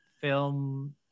film